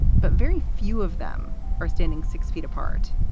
but very few of them are standing six feet apart.